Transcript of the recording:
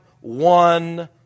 one